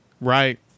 right